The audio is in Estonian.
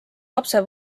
lapse